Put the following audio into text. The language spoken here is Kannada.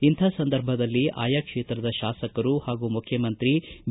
ಇಂಥ ಸಂದರ್ಭದಲ್ಲಿ ಆಯಾ ಕ್ಷೇತ್ರದ ಶಾಸಕರು ಹಾಗೂ ಮುಖ್ಯಮಂತ್ರಿ ಬಿ